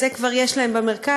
את זה כבר יש להם במרכז,